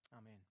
Amen